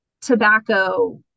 tobacco